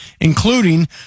including